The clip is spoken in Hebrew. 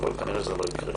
אבל כנראה זה לא יקרה.